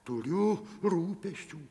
turiu rūpesčių